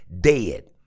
dead